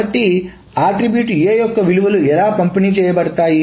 కాబట్టి attribute A యొక్క విలువలు ఎలా పంపిణీ చేయబడతాయి